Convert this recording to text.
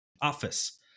office